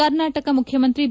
ಕರ್ನಾಟಕ ಮುಖ್ಯಮಂತ್ರಿ ಬಿ